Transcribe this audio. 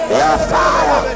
Fire